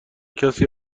کسی